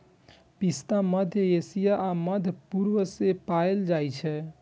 पिस्ता मध्य एशिया आ मध्य पूर्व मे पाएल जाइ छै